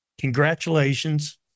congratulations